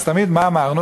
אז תמיד מה אמרנו?